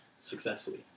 successfully